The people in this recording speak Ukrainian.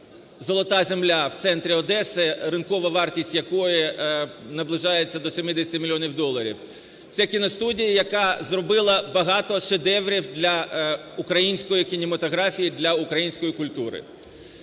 "золота" земля в центрі Одеси, ринкова вартість якої наближається до 70 мільйонів доларів. Це кіностудія, яка зробила багато шедеврів для української кінематографії, для української культури.